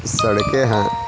سڑکیں ہیں